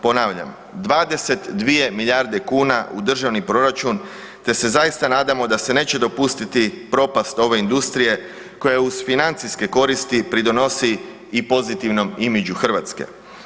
Ponavljam, 22 milijarde kuna u državni proračun te se zaista nadamo da se neće dopustiti propast ove industrije koja uz financijske koristi pridonosi i pozitivnom imidžu Hrvatske.